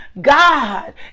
God